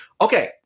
Okay